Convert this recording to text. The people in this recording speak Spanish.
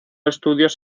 estudios